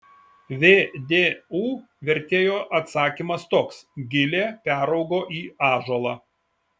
vdu vertėjo atsakymas toks gilė peraugo į ąžuolą